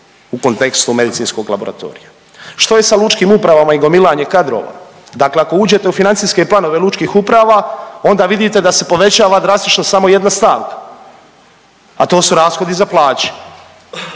u kontekstu medicinskog laboratorija. Što je sa lučkim upravama i gomilanjem kadrova? Dakle ako uđete u financijske planove lučkih uprava, onda vidite da se povećava drastično samo jedna stavka, a to su rashodi za plaće.